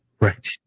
Right